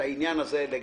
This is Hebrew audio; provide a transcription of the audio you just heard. העניין הזה לגמרי.